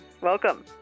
welcome